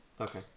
Okay